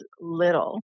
little